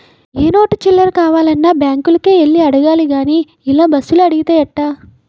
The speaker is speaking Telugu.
ఏ నోటు చిల్లర కావాలన్నా బాంకులకే యెల్లి అడగాలి గానీ ఇలా బస్సులో అడిగితే ఎట్టా